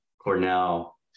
Cornell